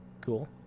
Cool